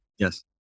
Yes